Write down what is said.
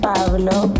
Pablo